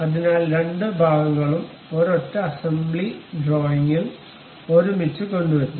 അതിനാൽ രണ്ട് ഭാഗങ്ങളും ഒരൊറ്റ അസംബ്ലി ഡ്രോയിംഗിൽ ഒരുമിച്ച് കൊണ്ടുവരുന്നു